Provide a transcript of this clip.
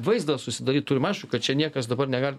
vaizdą susidaryt turim aišku kad čia niekas dabar negali